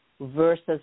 versus